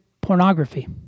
pornography